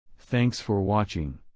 thanks for watching